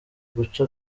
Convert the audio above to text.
guca